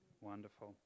Wonderful